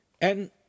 And